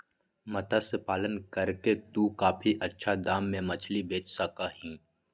मत्स्य पालन करके तू काफी अच्छा दाम में मछली बेच सका ही